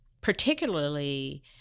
particularly